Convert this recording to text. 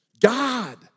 God